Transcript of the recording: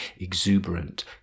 Exuberant